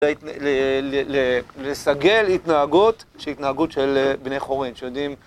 לסגל התנהגות שהיא התנהגות של בני חורין, שיודעים...